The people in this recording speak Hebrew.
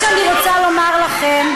מה שאני רוצה לומר לכם,